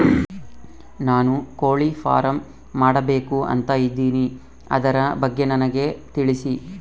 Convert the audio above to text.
ನಾನು ಕೋಳಿ ಫಾರಂ ಮಾಡಬೇಕು ಅಂತ ಇದಿನಿ ಅದರ ಬಗ್ಗೆ ನನಗೆ ತಿಳಿಸಿ?